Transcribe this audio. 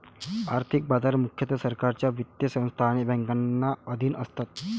आर्थिक बाजार मुख्यतः सरकारच्या वित्तीय संस्था आणि बँकांच्या अधीन असतात